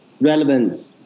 relevant